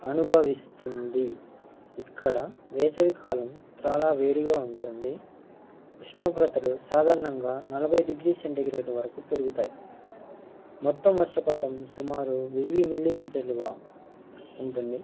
అనుభవిస్తుంది ఇక్కడ వేసవికాలం చాలా వేడిగా ఉంటుంది ఉష్ణోగ్రతలు సాధారణంగా నలభై డిగ్రీ సెంటిగ్రేడ్ వరకు పెరుగుతాయి మొత్తం వర్షపాతం సుమారు వెయ్యి మిల్లిమీటర్లుగా ఉంటుంది